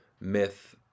myth